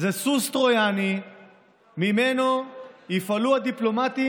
זה סוס טרויאני שממנו יפעלו הדיפלומטים